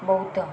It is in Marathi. बौद